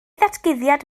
ddatguddiad